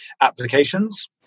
applications